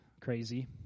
crazy